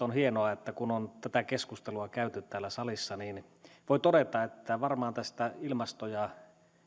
on hienoa että kun on tätä keskustelua käyty täällä salissa niin voi todeta että varmaan tästä ilmasto ja